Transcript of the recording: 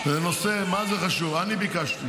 מי ביקש?